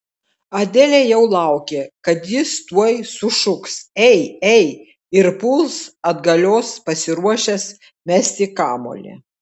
adelė jau laukė kad jis tuoj sušuks ei ei ei ir puls atgalios pasiruošęs mesti kamuolį